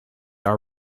are